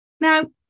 Now